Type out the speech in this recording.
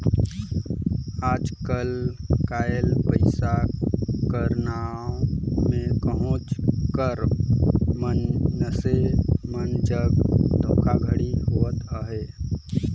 आएज काएल पइसा कर नांव में कहोंच कर मइनसे मन जग धोखाघड़ी होवत अहे